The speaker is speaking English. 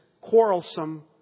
quarrelsome